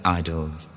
idols